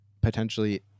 potentially